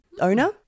owner